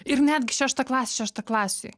ir netgi šeštaklasis šeštaklasiui